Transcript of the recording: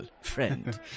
friend